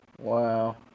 Wow